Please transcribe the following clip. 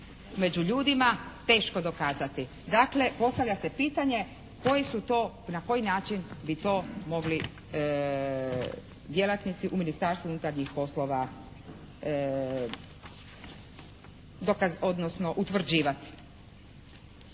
među ljudima, teško dokazati. Dakle postavlja se pitanje koje su to, na koji način bi to mogli djelatnici u Ministarstvu unutarnjih poslova dokaz